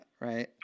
Right